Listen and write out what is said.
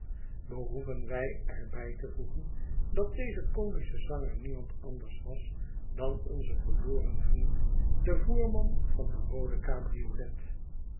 behoeven wij er bij te voegen dat deze comische zanger niemand anders was dan onze verloren vriend de voerman van de roode cabriolet